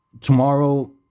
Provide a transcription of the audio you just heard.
tomorrow